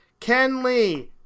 Kenley